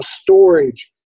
storage